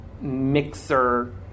mixer